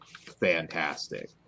fantastic